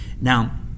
now